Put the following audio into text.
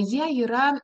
jie yra